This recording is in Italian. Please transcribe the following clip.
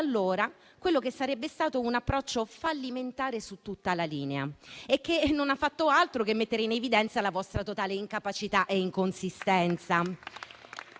quello che sarebbe stato un approccio fallimentare su tutta la linea e che non ha fatto altro che mettere in evidenza la vostra totale incapacità e inconsistenza.